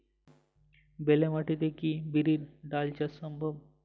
বেলে মাটিতে কি বিরির ডাল চাষ সম্ভব?